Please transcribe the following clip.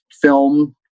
film